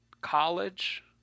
college